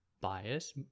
bias